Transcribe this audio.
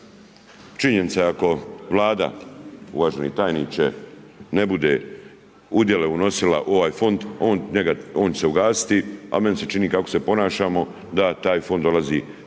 Činjenica ako Vlada, uvaženi tajniče ne bude udjele unosila u ovaj fond on će se ugasiti a meni se čini kako se ponašamo da taj fond dolazi pred